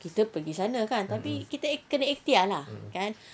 kita pergi sana kan tapi kena ikhtiar lah